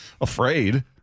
afraid